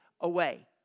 away